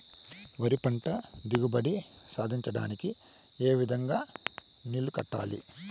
వరి పంట దిగుబడి సాధించడానికి, ఏ విధంగా నీళ్లు కట్టాలి?